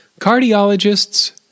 Cardiologists